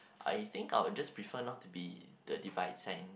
I think I would just prefer not to be the divide sign